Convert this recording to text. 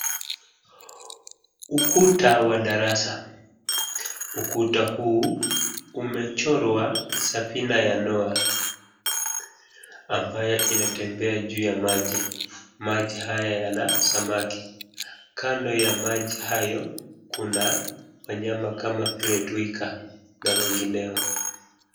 Ukuta wa darasa, ukuta huu umechorwa safina ya Noah ambayo inatembea juu ya maji. Maji haya yana samaki. Kando ya maji hayo kuna wanyama kama vile twiga na wengineo.